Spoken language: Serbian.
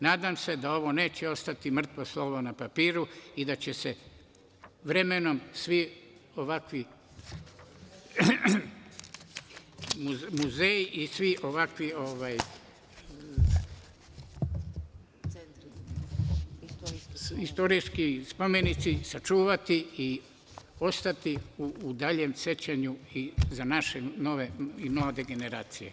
Nadam se da ovo neće ostati mrtvo slovo na papiru i da će se vremenom svi ovakvi muzeji i svi ovakvi istorijski spomenici sačuvati i ostati u daljem sećanju i za naše nove i mlade generacije.